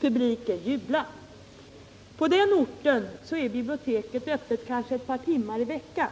Publiken jublar.” På de här orterna är biblioteket öppet kanske ett par timmar i veckan.